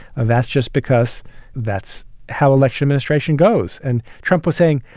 that's just because that's how election administration goes. and trump was saying,